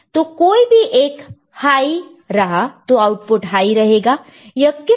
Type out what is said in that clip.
तो कोई भी एक हाई रहा तो आउटपुट हाई रहेगा